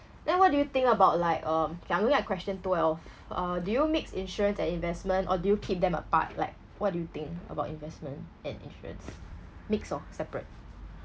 then what do you think about like uh kay I'm looking at question twelve uh do you mix insurance and investment or do you keep them apart like what do you think about investment and insurance mix or separate